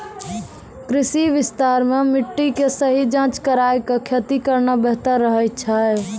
कृषि विस्तार मॅ मिट्टी के सही जांच कराय क खेती करना बेहतर रहै छै